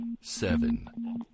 seven